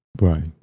Right